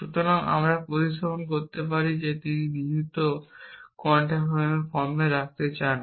সুতরাং আমরা প্রতিস্থাপন করতে পারি যে তিনি নিহিত কোয়ান্টিফায়ার ফর্মে রাখতে চান